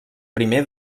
primer